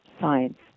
science